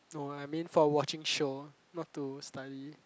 no I mean for watching show not to study